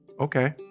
Okay